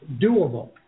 doable